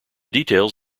details